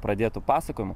pradėto pasakojimo